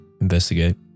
investigate